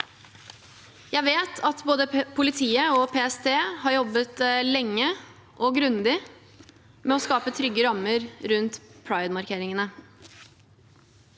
Jeg vet at både politiet og PST har jobbet lenge og grundig med å skape trygge rammer rundt pride-markeringene.